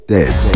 Dead